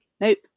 Nope